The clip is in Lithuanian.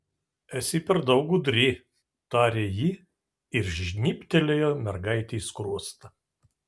esi per daug gudri tarė ji ir žnybtelėjo mergaitei skruostą